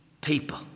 people